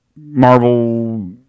Marvel